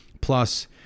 plus